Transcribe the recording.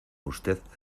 usted